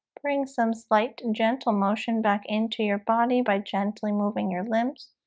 bring some slight and gentle motion back into your body by gently moving your limbs